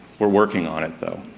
we're working on it though.